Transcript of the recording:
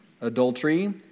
adultery